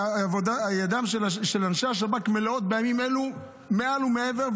הידיים של אנשי השב"כ מלאות בימים אלו מעל ומעבר,